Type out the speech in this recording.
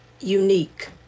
unique